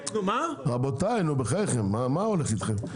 רבותיי בחייכם מה הולך איתכם?